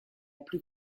plus